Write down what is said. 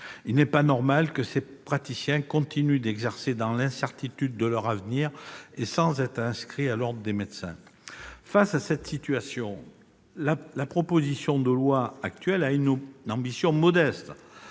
Il n'est pas normal que ces praticiens continuent d'exercer dans l'incertitude de leur avenir et sans être inscrits à l'ordre des médecins. Face à cette situation, l'ambition de cette proposition de